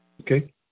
Okay